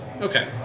Okay